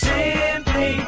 Simply